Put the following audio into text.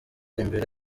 imbere